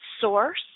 source